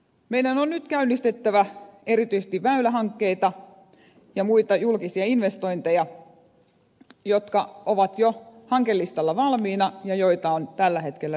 meidän on nyt käynnistettävä erityisesti väylähankkeita ja muita julkisia investointeja jotka ovat jo hankelistalla valmiina ja joita on tällä hetkellä lykätty